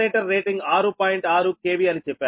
6 KV అని చెప్పాను